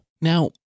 Now